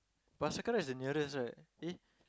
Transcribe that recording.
but Circle Line's the nearest right eh